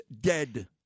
dead